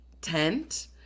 tent